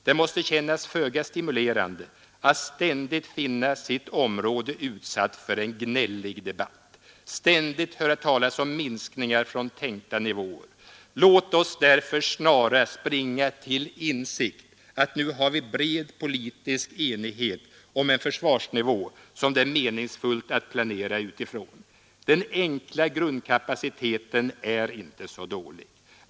Det måste kännas föga stimulerande att ständigt finna sitt område utsatt för en gnällig debatt, ständigt höra talas om minskningar från tänkta nivåer. Låt oss därför snarast bringa till insikt att nu har vi bred politisk enighet om en försvarsnivå som det är meningsfullt att planera utifrån. Den enkla grundkapaciteten är inte så dålig.